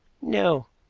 no.